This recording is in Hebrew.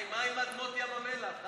חיים, מה עם אדמות ים המלח?